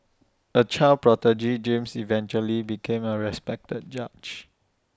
A child prodigy James eventually became A respected judge